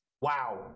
Wow